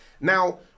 Now